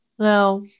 No